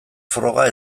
froga